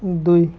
দুই